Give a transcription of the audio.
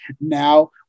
now